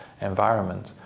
environment